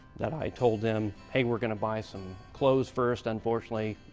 that i told him, hey, we're going to buy some clothes first. unfortunately,